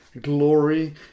glory